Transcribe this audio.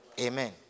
Amen